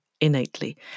innately